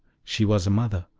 she was a mother,